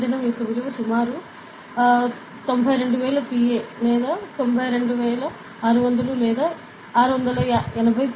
పీడనం యొక్క విలువ సుమారు 92000 Pa 92600 లేదా 680 Pa